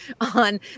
on